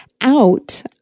out